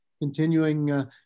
continuing